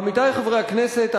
עמיתי חברי הכנסת,